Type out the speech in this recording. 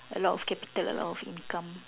a lot of capital a lot of income